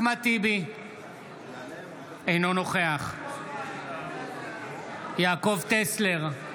אינו נוכח יעקב טסלר,